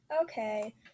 okay